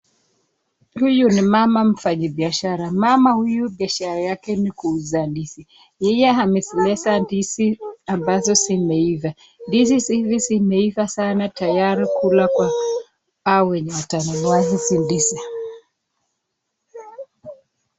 Huyu ni mama mfanyibiashara. Mama huyu biashara yake ni kuuza ndizi. Yeye amezimeza ndizi ambazo zimeiva. Ndizi hizi zimeiva sana tayari kulwa kwa hao wenye watanunua hizi ndizi.